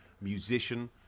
musician